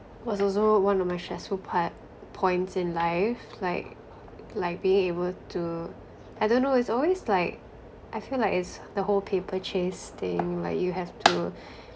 was also one of my stressful part points in life like like being able to I don't know it's always like I feel like it's the whole paper chase thing like you have to